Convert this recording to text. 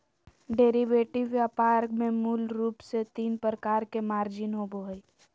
derivative व्यापार में मूल रूप से तीन प्रकार के मार्जिन होबो हइ